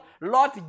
Lord